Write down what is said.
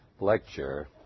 lecture